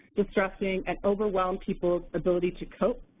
distressing, and overwhelm people's ability to cope,